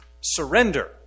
surrender